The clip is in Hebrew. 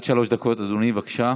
עד שלוש דקות, אדוני, בבקשה.